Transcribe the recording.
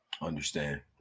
understand